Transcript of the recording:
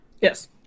Yes